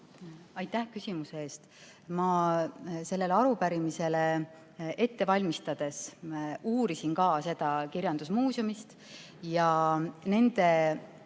Aitäh küsimuse eest! Ma selleks arupärimiseks valmistudes uurisin ka seda kirjandusmuuseumist ja kindlasti